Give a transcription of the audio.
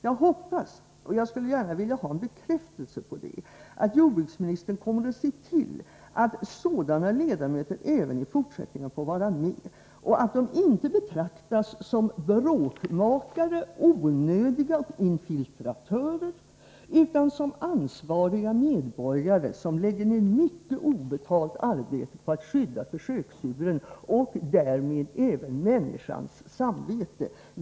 Jag hoppas att jordbruksministern kommer att se till — och jag skulle gärna vilja ha en bekräftelse på det — att sådana ledamöter även i fortsättningen får vara med och att de inte betraktas som bråkmakare och infiltratörer, utan som ansvariga medborgare, som lägger ner mycket obetalt arbete på att skydda försöksdjuren och därmed även människans samvete.